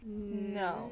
No